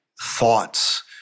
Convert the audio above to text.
thoughts